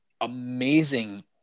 amazing